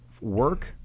work